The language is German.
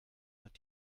wird